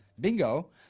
bingo